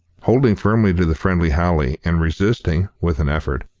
holding firmly to the friendly holly, and resisting, with an effort,